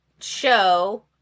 show